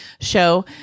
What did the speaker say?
show